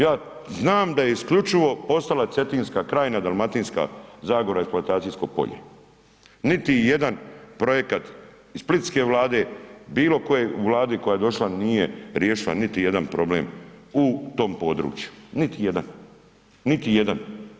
Ja znam da je isključivo postala Cetinska krajina Dalmatinska zagora eksploatacijsko polje, niti jedan projekat splitske vlade bilo koje vlade koja je došla nije riješila niti jedan problem u tom području, niti jedan, niti jedan.